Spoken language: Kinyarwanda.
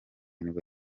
nibwo